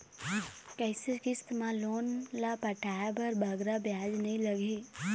कइसे किस्त मा लोन ला पटाए बर बगरा ब्याज नहीं लगही?